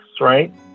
right